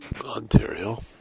Ontario